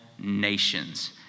nations